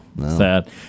sad